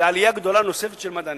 לעלייה גדולה נוספת של מדענים.